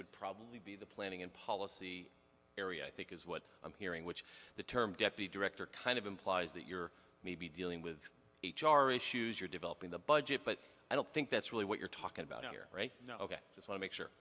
would probably be the planning and policy area i think is what i'm hearing which the term deputy director kind of implies that you're maybe dealing with h r issues you're developing the budget but i don't think that's really what you're talking about here right now ok as i make sure